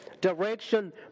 direction